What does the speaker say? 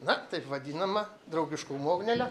na taip vadinama draugiškumo ugnele